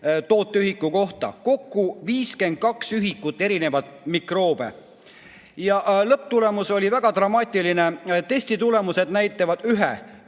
tooteühiku kohta, kokku 52 ühikut mikroobe. Lõpptulemus on väga dramaatiline. Testi tulemused näitavad ühe